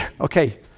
okay